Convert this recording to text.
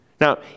Now